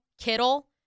Kittle